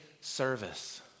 service